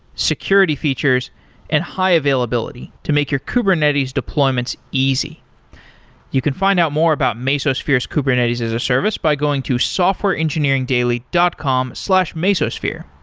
security features and high availability, to make your kubernetes deployments easy you can find out more about mesosphere's kubernetes-as-a-service by going to softwareengineeringdaily dot com slash mesosphere.